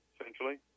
essentially